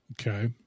Okay